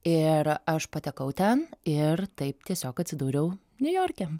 ir aš patekau ten ir taip tiesiog atsidūriau niujorke